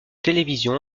télévision